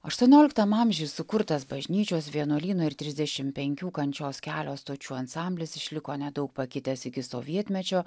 aštuonioliktam amžiuj sukurtas bažnyčios vienuolyno ir trisdešim penkių kančios kelio stočių ansamblis išliko nedaug pakitęs iki sovietmečio